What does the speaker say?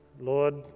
Lord